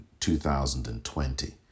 2020